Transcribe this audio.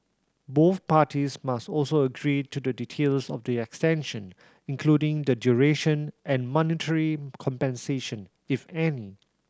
both parties must also agree to the details of the extension including the duration and monetary compensation if any